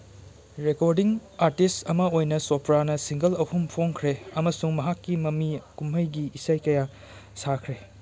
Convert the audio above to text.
recording artist ꯑꯃ ꯑꯣꯏꯅ ꯆꯣꯄ꯭ꯔꯥꯅ ꯁꯤꯡꯒꯜ ꯑꯍꯨꯝ ꯐꯣꯡꯈ꯭ꯔꯦ ꯑꯃꯁꯨꯡ ꯃꯍꯥꯛꯀꯤ ꯃꯃꯤ ꯀꯨꯝꯍꯩꯒꯤ ꯏꯁꯩ ꯀꯌꯥ ꯁꯥꯈ꯭ꯔꯦ